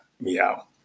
meow